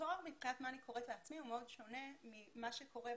הוא מאוד שונה ממה שקורה.